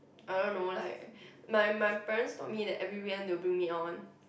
I don't know like my my parents told me that every weekend they will bring me out one